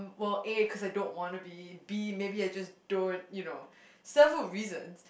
well A because I don't wanna be B maybe I just don't you know several reasons